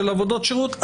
של עבודות שירות,